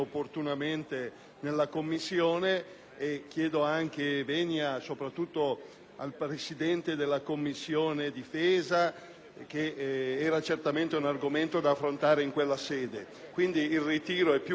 al Presidente della Commissione difesa: era certamente un argomento da affrontare in quella sede. Quindi, il ritiro è più che giustificato anche per tutto il dibattito che su questo tema si è svolto in Aula.